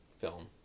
film